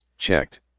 checked